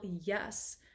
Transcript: yes